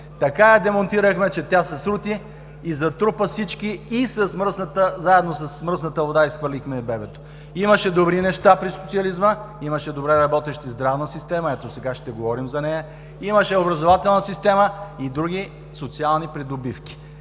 Така я демонтирахме, че тя се срути и затрупа всички и заедно с мръсната вода изхвърлихме и бебето. Имаше добри неща при социализма, имаше добре работеща здравна система – сега ще говорим за нея, имаше образователна система и други социални придобивки.